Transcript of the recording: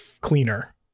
cleaner